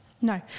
No